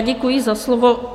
Děkuji za slovo.